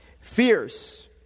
Fierce